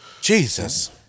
Jesus